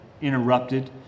interrupted